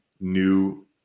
new